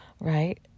right